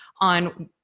on